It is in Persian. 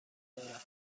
دارد